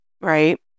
right